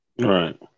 Right